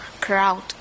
crowd